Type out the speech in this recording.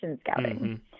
scouting